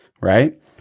right